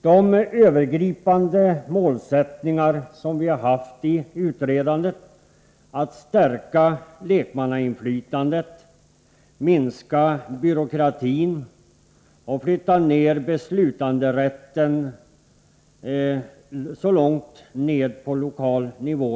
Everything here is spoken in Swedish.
De övergripande målsättningarna i utredningsarbetet har varit att stärka lekmannainflytandet, att minska byråkratin och att flytta ner beslutanderätten så långt som möjligt på lokal nivå.